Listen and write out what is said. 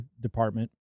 department